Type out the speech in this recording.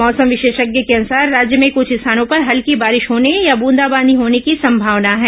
मौसम विशेषज्ञ के अनुसार राज्य में कुछ स्थानों पर हल्की बारिश होने या बूंदाबांदी होने की संभावना है